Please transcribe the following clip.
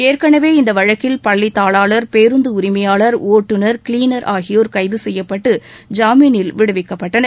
ஏற்கனவே இந்த வழக்கில் பள்ளி தாளாளர் பேருந்து உரிமையாளர் ஓட்டுநர் கிளீனர் ஆகியோர் கைது செய்யப்பட்டு ஜாமீனில் விடுவிக்கப்பட்டனர்